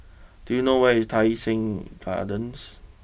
do you know where is Tai sing Gardens